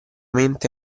mente